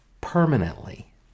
permanently